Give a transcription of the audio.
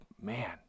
man